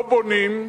לא בונים,